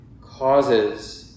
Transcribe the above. causes